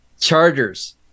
Chargers